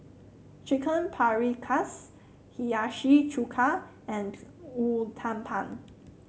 Chicken Paprikas Hiyashi Chuka and Uthapam